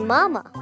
Mama